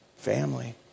family